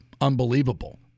unbelievable